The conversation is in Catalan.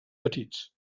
petits